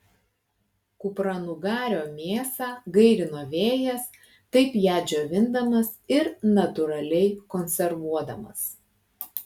kupranugario mėsą gairino vėjas taip ją džiovindamas ir natūraliai konservuodamas